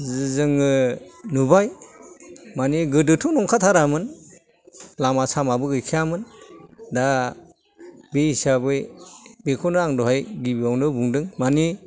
जोङो नुबाय मानि गोदोथ' नंखाथारामोन लामा सामाबो गैखायामोन दा बि हिसाबै बेखौनो आं दहाय गिबियावनो बुंदों मानि